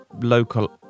local